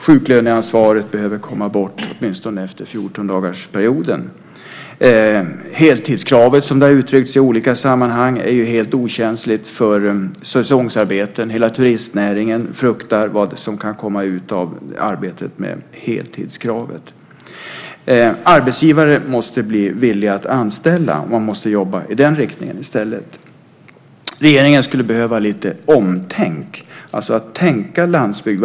Sjuklöneansvaret behöver tas bort, åtminstone efter 14-dagarsperioden. Heltidskravet, såsom det uttryckts i olika sammanhang, är helt okänsligt för säsongsarbeten. Hela turistnäringen fruktar vad som kan komma ut av arbetet med kravet på heltid. Arbetsgivare måste bli villiga att anställa, och därför måste man i stället jobba i den riktningen. Regeringen skulle behöva lite "omtänk", alltså tänka landsbygd.